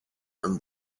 and